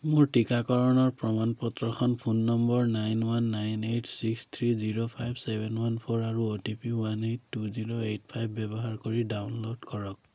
মোৰ টিকাকৰণৰ প্ৰমাণ পত্ৰখন phone number nine one nine eight six three zero five seven one four আৰু O T P one eight two zero eight five ব্যৱহাৰ কৰি download কৰক